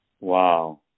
Wow